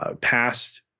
passed